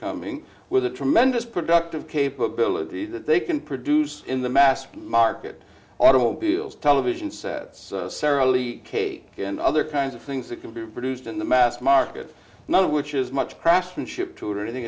coming with a tremendous productive capability that they can produce in the mass market automobiles television sets sarah lee kate and other kinds of things that can be produced in the mass market none of which is much craftsmanship to anything